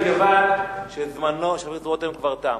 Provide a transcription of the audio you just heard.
מכיוון שזמנו של חבר הכנסת רותם כבר תם,